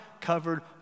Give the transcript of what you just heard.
covered